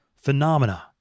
Phenomena